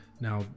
now